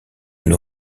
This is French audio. une